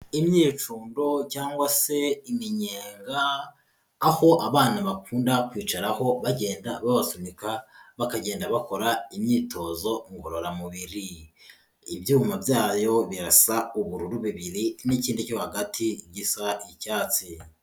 Imyipfundo cyangwa se iminyenga aho abana bakunda kwicaraho bagenda babasunika bakagenda bakora imyitozo ngororamubiri, ibyuma byayo birasa ubururu bibiri n'ikindi cyo hagati gisa icyatsi.